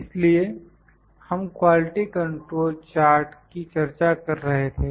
इसलिए हम quality control chart की चर्चा कर रहे थे